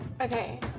Okay